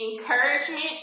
encouragement